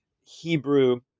Hebrew